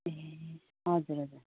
ए हजुर हजुर